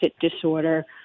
disorder